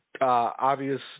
obvious